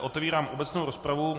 Otevírám obecnou rozpravu.